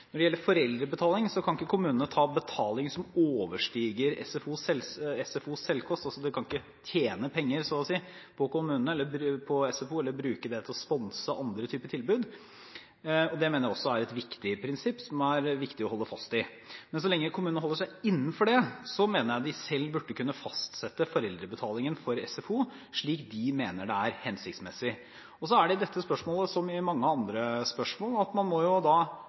Når det gjelder foreldrebetaling, kan ikke kommunene ta betaling som overstiger SFOs selvkost. En kan altså ikke tjene penger på SFO, eller bruke det til å sponse andre typer tilbud. Det mener jeg også er et viktig prinsipp, som det er viktig å holde fast ved, men så lenge kommunene holder seg innenfor det, mener jeg de selv burde kunne fastsette foreldrebetalingen for SFO slik de mener det er hensiktsmessig. I dette spørsmålet, som i mange andre spørsmål, må man avgjøre lokalt – befolkningen må